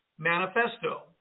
Manifesto